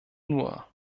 nur